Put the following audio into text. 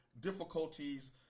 difficulties